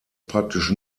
praktisch